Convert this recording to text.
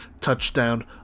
touchdown